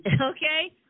Okay